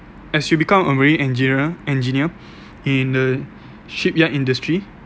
as you become a marine engineer engineer in the shipyard industry